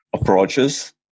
approaches